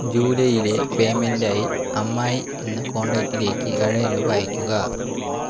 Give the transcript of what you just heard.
ജൂലൈയിലെ പേയ്മെന്റായി അമ്മായി എന്ന കോണ്ടാക്ടിലേക്ക് ഏഴായിരം രൂപ അയയ്ക്കുക